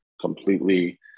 completely